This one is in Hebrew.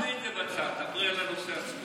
אז עזבי את זה בצד, דברי על הנושא עצמו.